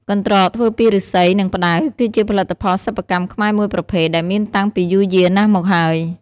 កន្ត្រកធ្វើពីឫស្សី និងផ្តៅ គឺជាផលិតផលសិប្បកម្មខ្មែរមួយប្រភេទដែលមានតាំងពីយូរយារណាស់មកហើយ។